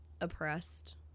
oppressed